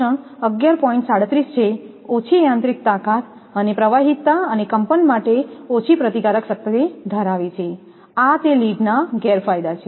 37 છે ઓછી યાંત્રિક તાકાત અને પ્રવાહીતા અને કંપન માટે ઓછી પ્રતિકારક શક્તિ ધરાવે છે આ લીડના ગેરફાયદા છે